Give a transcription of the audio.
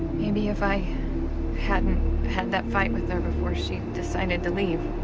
maybe if i hadn't had that fight with her before she decided to leave.